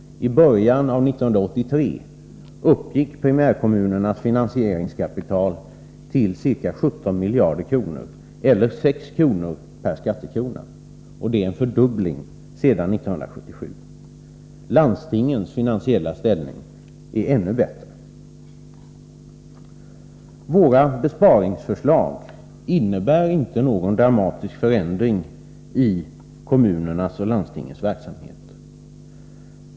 I början av 1983 uppgick primärkommunernas finansieringskapital till ca 17 miljarder kronor eller 6 kr. per skattekrona. Det är en fördubbling sedan 1977. Landstingens finansiella ställning är ännu bättre. Våra besparingsförslag innebär inte någon dramatisk förändring i kommunernas och landstingens verksamhet.